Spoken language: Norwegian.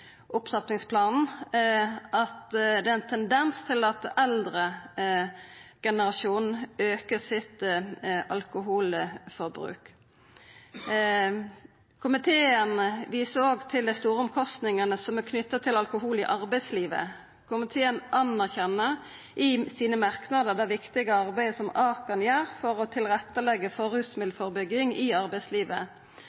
opptrappingsplanen om ein tendens til at eldregenerasjonen aukar sitt alkoholforbruk. Komiteen viser òg til dei store kostnadane som er knytte til alkohol i arbeidslivet. Komiteen anerkjenner i sine merknadar det viktige arbeidet som Akan gjer for å tilretteleggja for